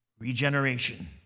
Regeneration